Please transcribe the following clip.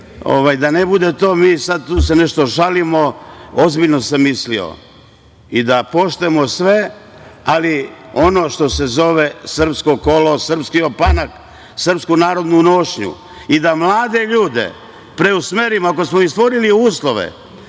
da ne bude da se mi tu sada nešto šalimo, ozbiljno mislio. Dakle, da poštujemo sve, ali i ono što se zove srpsko kolo, srpski opanak, srpsku narodnu nošnju i da mlade ljude preusmerimo. Ako smo stvorili uslove